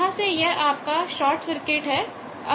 यहां से यह आपका शॉर्ट सर्किट है